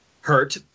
hurt